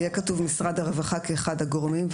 בנוסח יהיה כתוב: משרד הרווחה כאחד הגורמים,